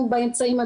אני במצוקה,